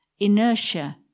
Inertia